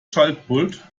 schaltpult